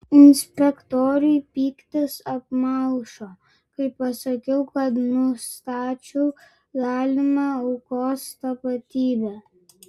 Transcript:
inspektoriui pyktis apmalšo kai pasakiau kad nustačiau galimą aukos tapatybę